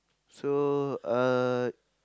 so uh